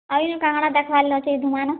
ଆଉ ଏନ୍ କାଣା କାଣା ଦେଖିବାର ଲାଗି